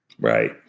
Right